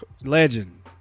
Legend